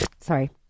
Sorry